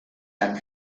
tant